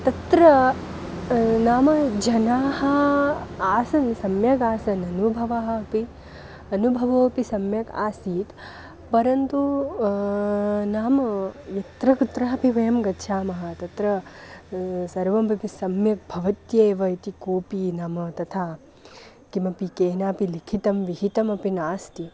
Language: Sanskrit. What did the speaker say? तत्र नाम जनाः आसन् सम्यगासन् अनुभवः अपि अनुभवोपि सम्यक् आसीत् परन्तु नाम यत्र कुत्रापि वयं गच्छामः तत्र सर्वमपि सम्यक् भवत्येव इति कोपि नाम तथा किमपि केनापि लिखितं विहितमपि नास्ति